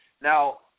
Now